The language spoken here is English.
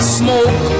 smoke